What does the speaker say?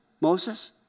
Moses